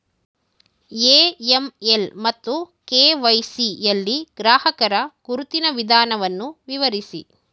AML ಮತ್ತು KYC ಯಲ್ಲಿ ಗ್ರಾಹಕರ ಗುರುತಿನ ವಿಧಾನವನ್ನು ವಿವರಿಸಿ?